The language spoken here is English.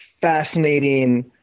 fascinating